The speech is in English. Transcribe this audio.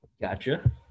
Gotcha